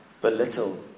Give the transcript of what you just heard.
belittle